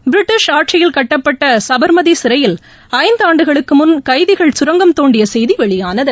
British ஆட்சியில் கட்டப்பட்ட சபாமதி சிறையில் ஐந்து ஆண்டுகளுக்கு முன் கைதிகள் சுரங்கம் தோண்டிய செய்தி வெளியானது